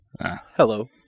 Hello